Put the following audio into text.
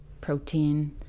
protein